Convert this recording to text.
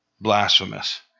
Blasphemous